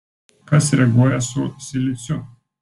kas reaguoja su siliciu